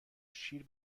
شیر